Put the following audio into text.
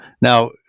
Now